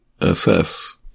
assess